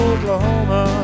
Oklahoma